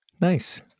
Nice